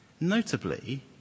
Notably